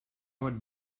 would